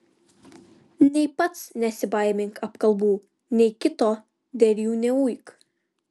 nei pats nesibaimink apkalbų nei kito dėl jų neuik